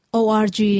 org